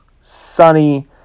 sunny